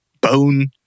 bone